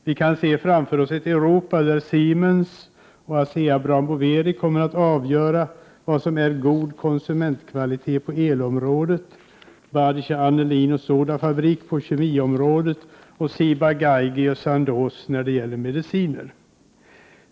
Vi kan se framför oss ett Europa där Siemens och ASEA Brown Boveri kommer att avgöra vad som är god konsumentkvalitet på elområdet, BASF blir tongivande på kemiområdet och Ciba-Geigy och Sandoz när det gäller mediciner.